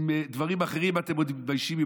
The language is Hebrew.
עם דברים אחרים אתם עוד מתביישים.